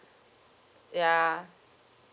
ya